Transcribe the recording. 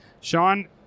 Sean